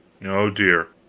oh, dear,